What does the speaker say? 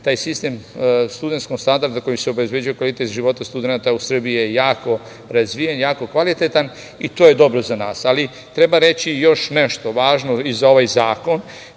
taj sistem studentskog standarda kojim se obezbeđuje kvalitet života studenata u Srbiji je jako razvijen, jako kvalitetan i to je dobro za nas. Treba reći još nešto važno i za ovaj zakon.